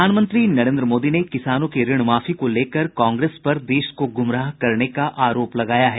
प्रधानमंत्री नरेन्द्र मोदी ने किसानों की ऋण माफी को लेकर कांग्रेस पर देश को गुमराह करने का आरोप लगाया है